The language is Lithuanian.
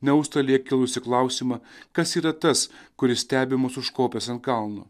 ne užstalėje kilusį klausimą kas yra tas kuris stebi mus užkopęs ant kalno